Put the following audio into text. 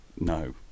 No